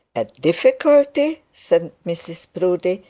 a difficulty said mrs proudie,